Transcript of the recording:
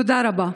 תודה רבה.